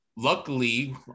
Luckily